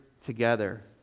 together